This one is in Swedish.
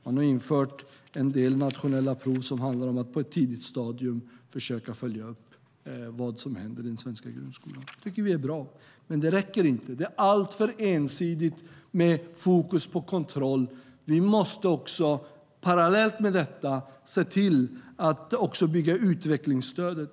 Man har infört en del nationella prov som handlar om att på ett tidigt stadium försöka följa upp vad som händer i den svenska grundskolan. Vi tycker att det är bra. Men det räcker inte. Det är alltför ensidigt, med fokus på kontroll. Vi måste parallellt med detta se till att bygga upp utvecklingsstödet.